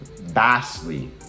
vastly